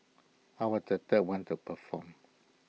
I was the third one to perform